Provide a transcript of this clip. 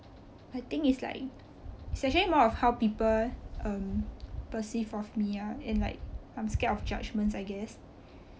i think it's like it's actually more of how people um perceive of me ah and like I'm scared of judgements I guess